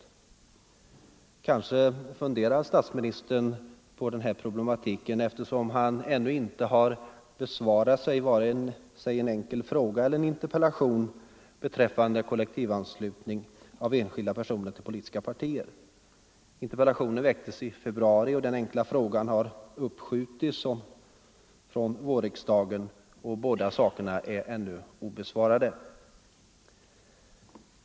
Statsministern funderar kanske på den här problematiken, eftersom han ännu icke har besvarat vare sig en enkel fråga eller en interpellation beträffande kollektivanslutning av enskilda personer till politiska partier. Interpellationen väcktes i februari, och den enkla frågan har uppskjutits från vårriksdagen; båda är ännu obesvarade.